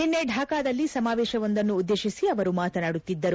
ನಿನ್ನೆ ಢಾಕಾದಲ್ಲಿ ಸಮಾವೇಶವೊಂದನ್ನು ಉದ್ದೇಶಿಸಿ ಅವರು ಮಾತನಾಡುತ್ತಿದ್ದರು